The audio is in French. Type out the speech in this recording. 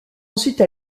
ensuite